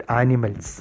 animals